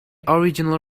original